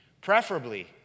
Preferably